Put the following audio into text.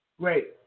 Great